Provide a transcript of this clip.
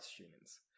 Students